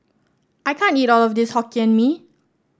I can't eat all of this Hokkien Mee